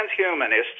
transhumanists